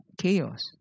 chaos